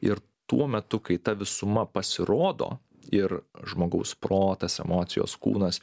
ir tuo metu kai ta visuma pasirodo ir žmogaus protas emocijos kūnas